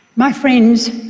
my friends,